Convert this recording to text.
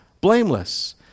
blameless